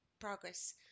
progress